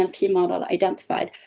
and p model identified.